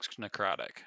necrotic